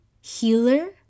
healer